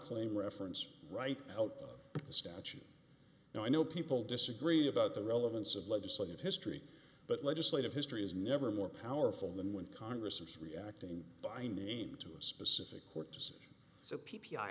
claim reference right out of the statute and i know people disagree about the relevance of legislative history but legislative history is never more powerful than when congress was reacting by name to a specific court decision so p p i